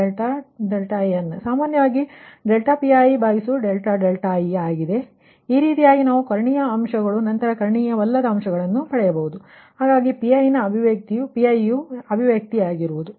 ಆದ್ದರಿಂದ ಈ ರೀತಿಯಾಗಿ ನಾವು ಮೊದಲು ಕರ್ಣೀಯ ಮತ್ತು ನಂತರ ಕರ್ಣೀಯವಲ್ಲದ ಅಂಶಗಳನ್ನು ಪಡೆಯಬೇಕು ಆದ್ದರಿಂದ ಇದು ನಿಮ್ಮ Pi ನ ಅಭಿವ್ಯಕ್ತಿಯಾಗಿರುವುದು